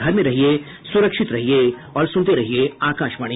घर में रहिये सुरक्षित रहिये और सुनते रहिये आकाशवाणी